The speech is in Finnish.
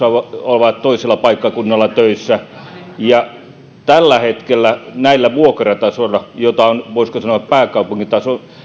ovat viikot toisella paikkakunnalla töissä katsoimme että tällä hetkellä näillä vuokratasoilla joita on voisiko sanoa pääkaupunkiseudun